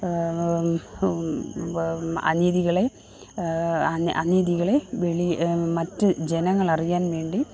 വ് അനീതികളെ അനീതികളെ വിളി മറ്റ് ജനങ്ങളറിയാൻ വേണ്ടി